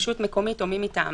רשות מקומית או מי מטעמם"